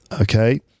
Okay